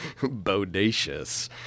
bodacious